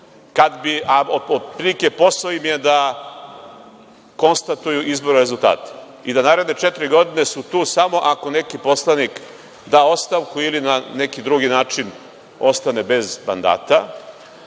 u Srbiji, otprilike im je posao da konstatuju izborne rezultate i da naredne četiri godine su tu samo ako neki poslanik da ostavku ili na neki drugi način ostane bez mandata.